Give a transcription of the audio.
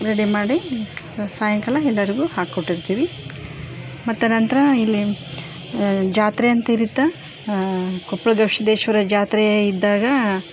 ready ಮಾಡಿ ಸಾಯಂಕಾಲ ಎಲ್ಲರಿಗೂ ಹಾಕ್ಕೊಟ್ಟಿರ್ತೀವಿ ಮತ್ತು ನಂತರ ಇಲ್ಲಿ ಜಾತ್ರೆ ಅಂತ ಇರುತ್ತೆ ಕೊಪ್ಳ ಗವಿಸಿದ್ಧೇಶ್ವರ ಜಾತ್ರೆ ಇದ್ದಾಗ